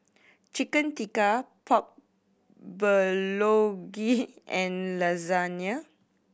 Chicken Tikka Pork Bulgogi and Lasagne